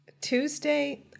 Tuesday